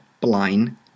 blind